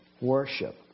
worship